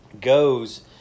goes